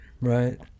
right